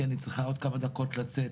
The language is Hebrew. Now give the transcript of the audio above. כי אני צריכה עוד כמה דקות לצאת,